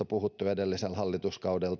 on puhuttu edellisellä hallituskaudella